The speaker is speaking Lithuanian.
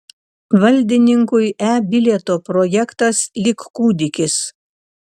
valdininkui e bilieto projektas lyg kūdikis